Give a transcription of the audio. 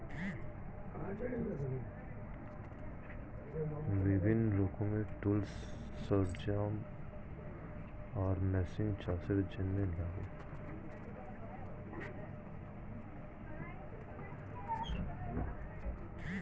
বিভিন্ন রকমের টুলস, সরঞ্জাম আর মেশিন চাষের জন্যে লাগে